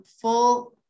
full